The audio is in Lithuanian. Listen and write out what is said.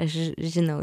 aš žinau